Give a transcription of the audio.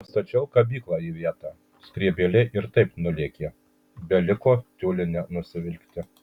pastačiau kabyklą į vietą skrybėlė ir taip nulėkė beliko tiulinę nusivilkti